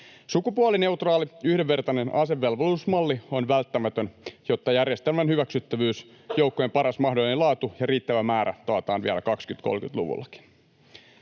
Sukupuolineutraali, yhdenvertainen asevelvollisuusmalli on välttämätön, jotta järjestelmän hyväksyttävyys, joukkojen paras mahdollinen laatu ja riittävä määrä taataan vielä 2030-luvullakin.